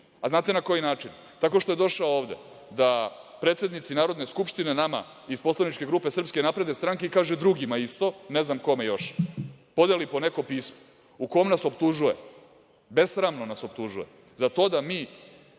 Znate na koji način? Tako što je došao ovde da predsednici Narodne skupštine, nama iz poslaničke grupe SNS i, kaže drugima isto, ne znam kome još, podeli po neko pismo u kome nas optužuje, besramno nas optužuje za to da mi